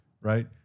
Right